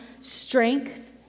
strength